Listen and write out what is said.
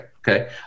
Okay